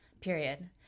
period